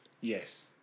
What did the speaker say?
Yes